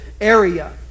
area